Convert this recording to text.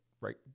right